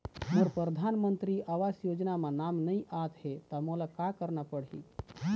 मोर परधानमंतरी आवास योजना म नाम नई आत हे त मोला का करना पड़ही?